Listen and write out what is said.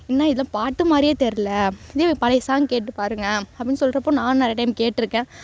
என்ன இதெலாம் பாட்டு மாதிரியே தெரில இதே போய் பழையை சாங் கேட்டு பாருங்க அப்படினு சொல்கிறப்போ நான் நிறைய டைம் கேட்டுருக்கேன்